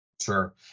Sure